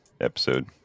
episode